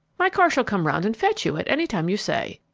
my car shall come round and fetch you at any time you say.